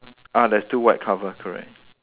ah there's two white cover correct